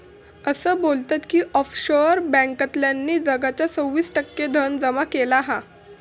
असा बोलतत की ऑफशोअर बॅन्कांतल्यानी जगाचा सव्वीस टक्के धन जमा केला हा